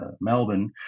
Melbourne